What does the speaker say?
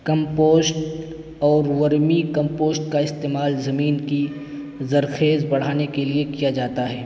compost اور ورمی compost کا استعمال زمین کی زرخیز بڑھانے کے لیے کیا جاتا ہے